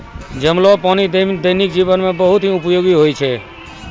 जमलो पानी दैनिक जीवन मे भी बहुत उपयोगि होय छै